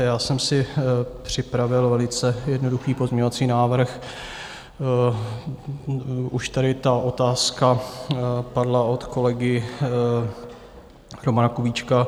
Já jsem si připravil velice jednoduchý pozměňovací návrh, už tady ta otázka padla od kolegy Romana Kubíčka.